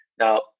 Now